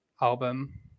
album